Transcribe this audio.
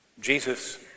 Jesus